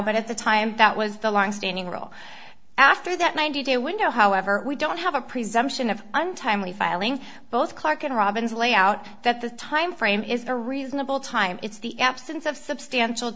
but at the time that was the longstanding rule after that ninety day window however we don't have a presumption of untimely filing both clark and robbins lay out that the time frame is the reasonable time it's the absence of substantial